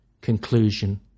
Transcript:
conclusion